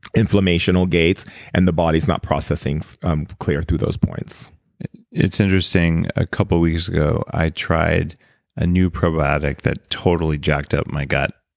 inflammational gates and the body is not processing um clear through those points it's interesting. a couple weeks ago, i tried a new probiotic that totally jacked up my gut,